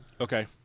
Okay